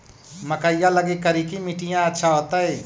मकईया लगी करिकी मिट्टियां अच्छा होतई